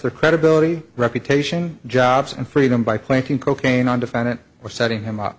their credibility reputation jobs and freedom by planting cocaine on defendant or setting him up